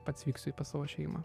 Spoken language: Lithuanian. pats vyksiu į pas savo šeimą